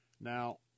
Now